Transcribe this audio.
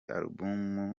album